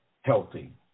healthy